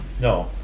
No